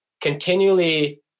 continually